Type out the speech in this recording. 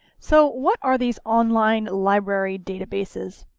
so what are these online library databases?